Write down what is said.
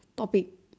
stop it